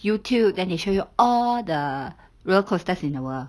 YouTube then they show you all the roller coasters in the world